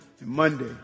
Monday